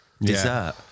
dessert